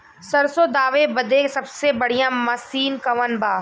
सरसों दावे बदे सबसे बढ़ियां मसिन कवन बा?